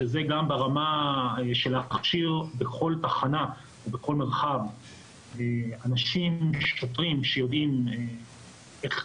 שהם גם ברמה של להכשיר בכל תחנה או בכל מרחב שוטרים שיודעים איך